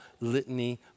litany